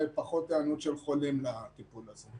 פחות היענות של חולים מהטיפול הזה.